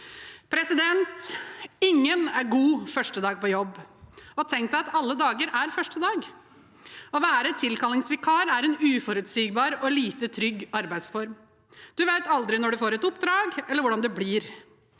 ikke pent. Ingen er god første dag på jobb. Tenk deg at alle dager er første dag. Å være tilkallingsvikar er en uforutsigbar og lite trygg arbeidsform. Du vet aldri når du får et oppdrag, eller hvordan det blir.